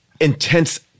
intense